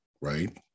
right